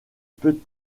peut